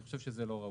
אני חושב שזה לא ראוי.